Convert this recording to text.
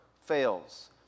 fails